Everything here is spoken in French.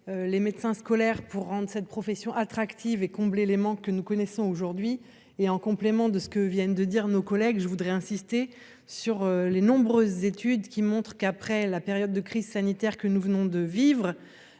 les médecins scolaires, pour rendre cette profession attractive et combler les manques que nous connaissons aujourd'hui et en complément de ce que viennent de dire nos collègues, je voudrais insister sur les nombreuses études qui montrent qu'après la période de crise sanitaire que nous venons de vivre